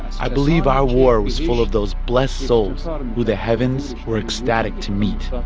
i believe our war was full of those blessed souls who the heavens were ecstatic to meet ah